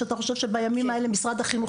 שאתה חושב שבימים האלה משרד החינוך